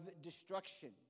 destruction